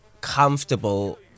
comfortable